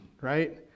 right